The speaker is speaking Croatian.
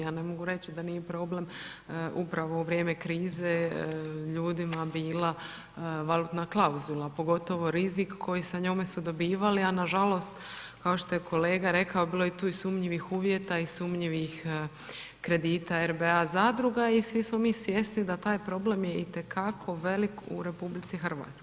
Ja ne mogu reći da nije problem upravo vrijeme krize ljudima bila valutna klauzula, pogotovo rizik, koji su sa njome dobivali, a nažalost, kao što je kolega rekao, bilo je tu i sumnjivih uvjeta i sumnjivih kredita RBA zadruga i svi smo mi svijesti da taj problem je itekako velik u RH.